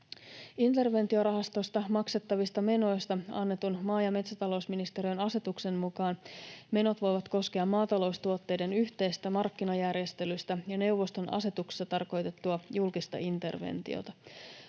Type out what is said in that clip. Interventiorahastosta maksettavista menoista annetun maa- ja metsätalousministeriön asetuksen mukaan menot voivat koskea maataloustuotteiden yhteisestä markkinajärjestelystä ja neuvoston asetuksissa tarkoitettua julkista interventiota.